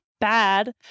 bad